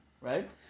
right